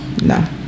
No